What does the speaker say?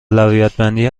اولویتبندی